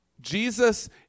Jesus